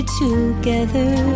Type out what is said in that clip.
together